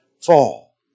fall